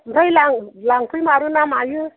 ओमफ्राय लां लांफैमारो ना मायो